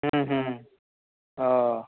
ह्म्म ह्म्म ओऽ